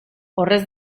horrez